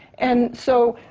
and so,